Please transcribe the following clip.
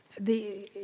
the